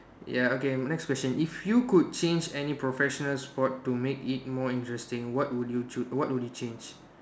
ya okay next question if you could change any professional sport to make it more interesting what would you choose what would you change